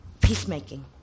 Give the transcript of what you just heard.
peacemaking